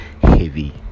heavy